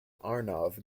arnav